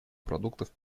продуктов